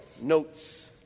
notes